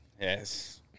Yes